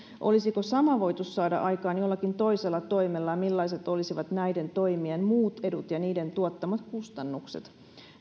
olisiko sama voitu saada aikaan jollakin toisella toimella ja millaiset olisivat näiden toimien muut edut ja niiden tuottamat kustannukset